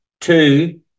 Two